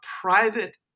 private